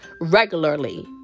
regularly